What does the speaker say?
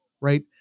right